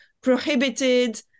prohibited